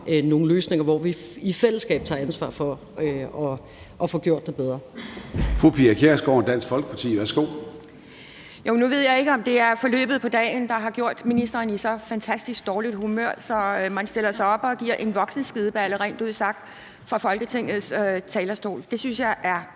nogle løsninger, hvor vi i fællesskab tager ansvar for at få gjort det bedre. Kl. 13:19 Formanden (Søren Gade): Fru Pia Kjærsgaard, Dansk Folkeparti. Værsgo. Kl. 13:19 Pia Kjærsgaard (DF): Nu ved jeg ikke, om det er forløbet af dagen, der har gjort ministeren i så fantastisk dårligt humør, at man stiller sig op og giver en voksenskideballe rent ud sagt fra Folketingets talerstol. Jeg synes, det er